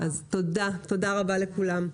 תודה רבה לכולם.